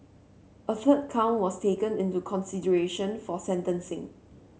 a third count was taken into consideration for sentencing